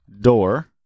door